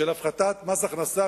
של הפחתת מס הכנסה,